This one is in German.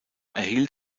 erhielt